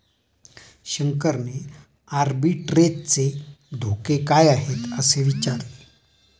शंकरने आर्बिट्रेजचे धोके काय आहेत, असे विचारले